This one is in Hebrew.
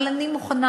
אבל אני מוכנה